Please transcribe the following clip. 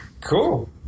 cool